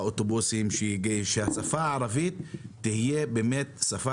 באוטובוסים שהשפה הערבית תהיה באמת שפה